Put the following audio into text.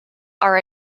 are